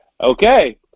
Okay